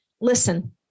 listen